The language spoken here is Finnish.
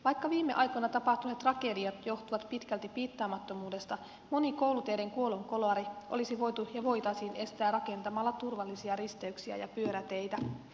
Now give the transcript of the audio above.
vaikka viime aikoina tapahtuneet tragediat johtuvat pitkälti piittaamattomuudesta moni kouluteiden kuolonkolari olisi voitu ja voitaisiin estää rakentamalla turvallisia risteyksiä ja pyöräteitä